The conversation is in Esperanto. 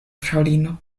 fraŭlino